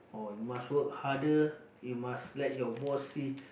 oh you must work harder you must let your boss see